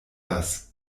das